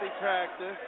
practice